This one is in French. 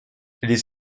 les